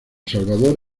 salvador